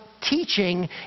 teaching